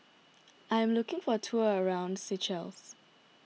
I am looking for a tour around Seychelles